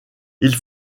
ils